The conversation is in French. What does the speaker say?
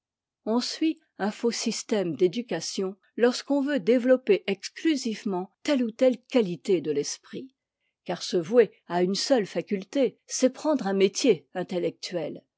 on suit un faux système d'éducation lorsqu'on veut développer exclusivement telle ou telle qualité de l'esprit car se vouer à une seule faculté c'est prendre un métier intellectuel